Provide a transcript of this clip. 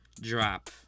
drop